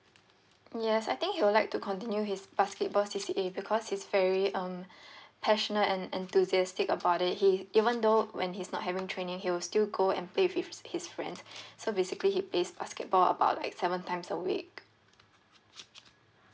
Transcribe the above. yes I think he would like to continue his basketball C_C_A because he's very um passionate and enthusiastic about it he even though when he's not having training he will still go and play with his his friends so basically he plays basketball about like seven times a week